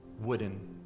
wooden